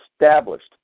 established